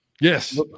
Yes